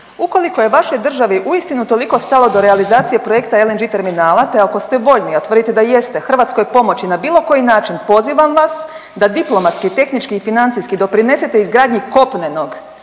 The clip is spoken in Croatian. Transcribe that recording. ukoliko je vašoj državi uistinu toliko stalo do realizacije projekta LNG terminala, te ako ste voljni, a tvrdite da jeste Hrvatskoj pomoći na bilo koji način, pozivam vas da diplomatski, tehnički i financijski doprinesete izgradnji kopnenog